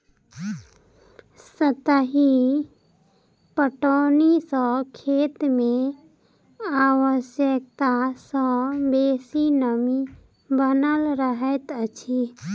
सतही पटौनी सॅ खेत मे आवश्यकता सॅ बेसी नमी बनल रहैत अछि